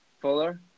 Fuller